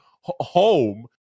home